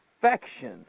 perfection